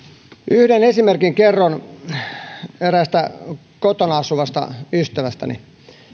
yhden esimerkin kerron eräästä kotona asuvasta ystävästäni